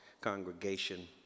congregation